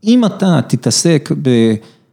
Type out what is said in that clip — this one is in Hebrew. אם אתה תתעסק ב...